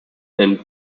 and